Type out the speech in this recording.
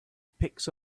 picks